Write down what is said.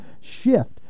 shift